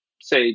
say